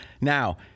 now